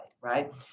Right